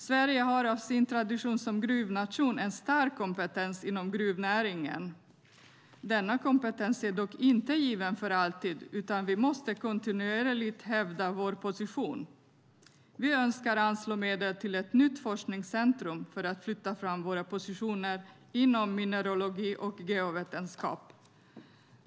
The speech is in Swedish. Sverige har genom sin tradition som gruvnation en stark kompetens inom gruvnäringen. Denna kompetens är dock inte given för alltid, utan vi måste kontinuerligt hävda vår position. Vi önskar anslå medel till ett nytt forskningscentrum för att flytta fram våra positioner inom mineralogi och geovetenskap.